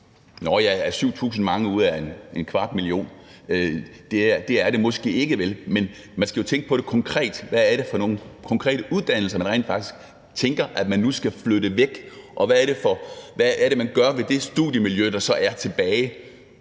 ikke er mange ud af en kvart million, men man skal jo tænke på det konkret, i forhold til hvad det er for nogle konkrete uddannelser, man rent faktisk tænker, man skal flytte væk, og hvad det er, man gør ved det studiemiljø, der så er tilbage